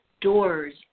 doors